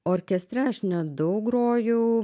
orkestre aš nedaug grojau